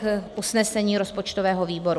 Tolik usnesení rozpočtového výboru.